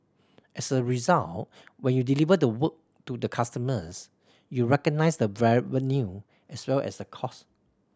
as a result when you deliver the work to the customers you recognise the revenue as well as the cost